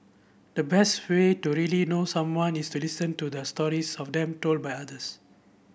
the best way to really know someone is to listen to the stories of them told by others